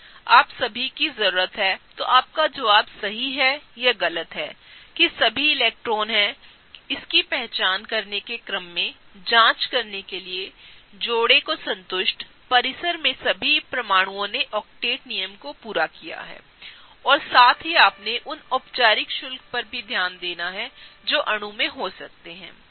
आप सभीकी जरूरतहै तो आपका जवाब सही है या गलत है कि सभी इलेक्ट्रॉन हैं की पहचान करने के क्रम में जांच करने के लिएजोड़ेको संतुष्टपरिसर में सभी परमाणुओं ने ओकटेट नियम को पूरा किया है और साथहीआपने उन औपचारिक शुल्कपरभीध्यान दिया है जो अणु में हो सकते हैं